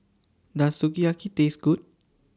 Does Sukiyaki Taste Good